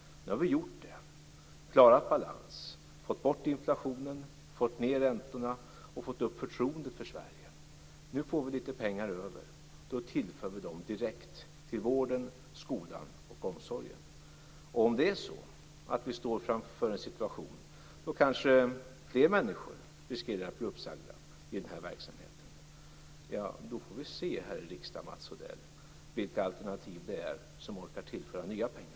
Nu har vi gjort det och klarat balansen, fått bort inflationen, fått ned räntorna och fått upp förtroendet för Sverige. Nu får vi litet pengar över. Då tillför vi dem direkt till vården, skolan och omsorgen. Om vi står inför en situation där kanske fler människor riskerar att bli uppsagda inom den här verksamheten får vi se här i riksdagen, Mats Odell, vilka alternativ som orkar tillföra nya pengar.